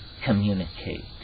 communicate